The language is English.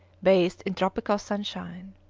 bathed in tropical sunshine.